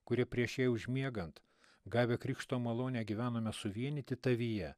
kurie prieš jai užmiegant gavę krikšto malonę gyvenome suvienyti tavyje